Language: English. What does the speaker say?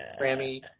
Grammy